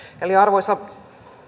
mediciner arvoisa